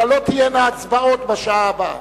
אלא לא תהיינה הצבעות בשעה הבאה.